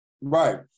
Right